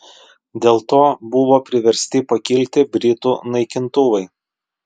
dėl to buvo priversti pakilti britų naikintuvai